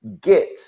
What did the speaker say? get